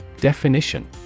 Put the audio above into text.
Definition